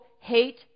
hate